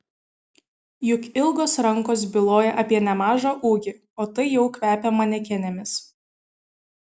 juk ilgos rankos byloja apie nemažą ūgį o tai jau kvepia manekenėmis